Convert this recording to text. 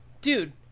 dude